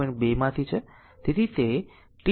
2 માંથી છે